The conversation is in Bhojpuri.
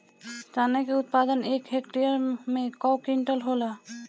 चना क उत्पादन एक हेक्टेयर में कव क्विंटल होला?